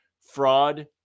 fraud